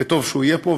וטוב שהוא יהיה פה.